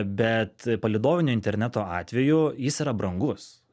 bet palydovinio interneto atveju jis yra brangus